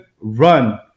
run